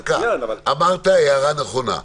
אמרת הערה נכונה.